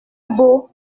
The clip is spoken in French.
beau